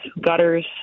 gutters